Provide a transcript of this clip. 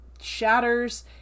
shatters